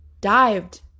dived